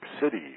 City